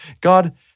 God